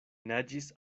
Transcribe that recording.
naĝis